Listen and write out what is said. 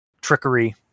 trickery